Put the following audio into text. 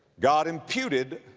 god imputed,